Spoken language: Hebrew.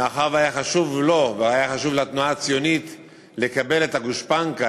מאחר שהיה חשוב לו והיה חשוב לתנועה הציונית לקבל את הגושפנקה,